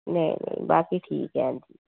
नेईं नेईं बाकी ठीक ऐ